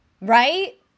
Right